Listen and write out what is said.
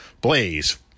Blaze